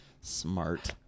Smart